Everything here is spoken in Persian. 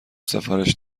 سفارش